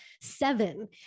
seven